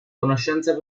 conoscenza